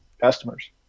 customers